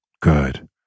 Good